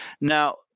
Now